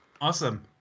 Awesome